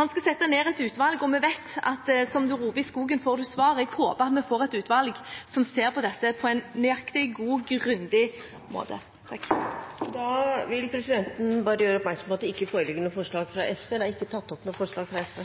Han skal sette ned et utvalg, og vi vet at som man roper i skogen, får man svar. Jeg håper at vi får et utvalg som ser på dette på en nøyaktig, god og grundig måte. Presidenten vil gjøre oppmerksom på at det ikke foreligger noe forslag fra SV. Det er heller ikke tatt opp noe forslag fra SV.